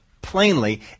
plainly